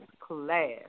class